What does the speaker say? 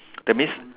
that means